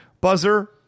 Buzzer